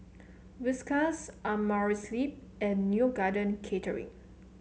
Whiskas Amerisleep and Neo Garden Catering